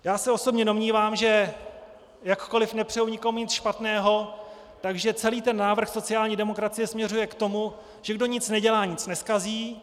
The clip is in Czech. Já se ale osobně domnívám, že jakkoliv nepřeju nikomu nic špatného, tak že celý návrh sociální demokracie směřuje k tomu, že kdo nic nedělá, nic nezkazí.